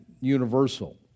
universal